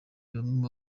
bamwe